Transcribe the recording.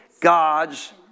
God's